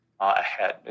ahead